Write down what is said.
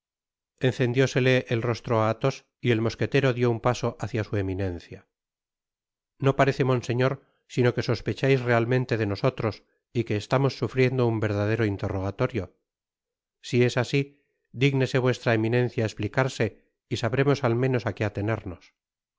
ulu y encendiósele el rostro á athos y el mosquetero dió un paso hácia su eminencia ith no parece monseñor sino que sospechais realmente de nosotros y que estamos sufriendo un verdadero interrogatorio si es asi dignese vuestra eminencia esplicarse y sabremos al menos á qué atenernos